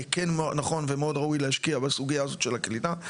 כן נכון ומאוד ראוי להשקיע בסוגייה הזאת של הקליטה.